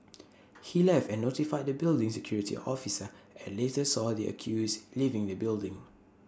he left and notified the building's security officer and later saw the accused leaving the building